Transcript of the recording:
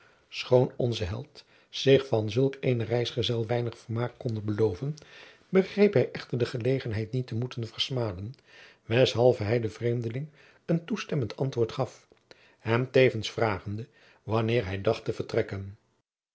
schoon onze held zich van zulk eenen reisgezel weinig vermaak konde beloven begreep hij echter de gelegenheid niet te moeten versmaden weshalve hij den vreemdeling een toestemmend antwoord gaf hem tevens vragende wanneer hij dacht te vertrekken